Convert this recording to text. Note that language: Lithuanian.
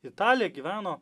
italė gyveno